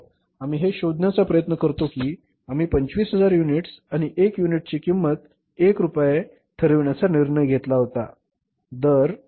आम्ही हे शोधण्याचा प्रयत्न करतो की उदाहरणार्थ आम्ही 25000 युनिट्स आणि एका युनिटची विक्री किंमत 1 रुपयाची ठरविण्याचा निर्णय घेतला होता बरोबर